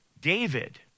David